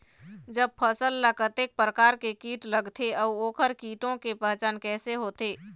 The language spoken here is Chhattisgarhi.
जब फसल ला कतेक प्रकार के कीट लगथे अऊ ओकर कीटों के पहचान कैसे होथे?